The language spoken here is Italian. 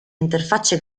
interfacce